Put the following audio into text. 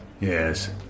Yes